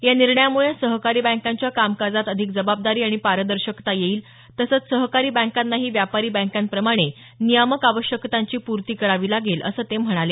या निर्णयामुळे सहकारी बँकांच्या कामकाजात अधिक जबाबदारी आणि पारदर्शकता येईल तसंच सहकारी बँकांनाही व्यापारी बँकांप्रमाणे नियामक आवश्यकतांची पूर्ती करावी लागेल असं ते म्हणाले